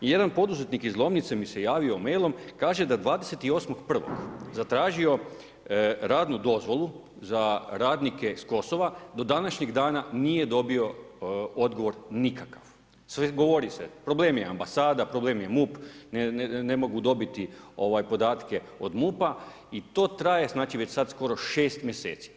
Jedan poduzetnik iz Lomnice mi se javio mailom, kaže da 28.1. zatražio radnu dozvolu za radnike s Kosova, do današnjeg dana nije dobio odgovor nikakav, govori se problem je ambasada, problem je MUP, ne mogu dobiti podatke od MUP-a i to traje znači već sad skoro 6 mjeseci.